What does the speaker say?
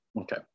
Okay